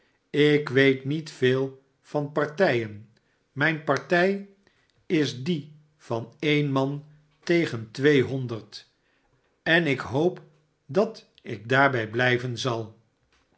ik weet niet veel van partijen mijne partij is die van e'en man tegen tweehonderd en ik hoop dat ik daarbij blijven zal